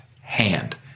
hand